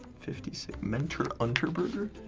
fifty six. menter unterberger?